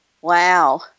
Wow